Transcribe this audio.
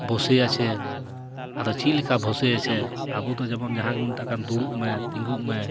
ᱵᱳᱥᱮ ᱟᱪᱷᱮ ᱟᱫᱚ ᱪᱮᱫ ᱞᱮᱠᱟ ᱵᱳᱥᱮ ᱟᱪᱷᱮ ᱟᱵᱚ ᱫᱚ ᱡᱮᱢᱚᱱ ᱡᱟᱦᱟᱸ ᱜᱮᱵᱚᱱ ᱢᱮᱛᱟᱜ ᱠᱟᱱ ᱫᱩᱲᱩᱵ ᱢᱮ ᱛᱤᱸᱜᱩᱜ ᱢᱮ